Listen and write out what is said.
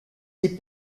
des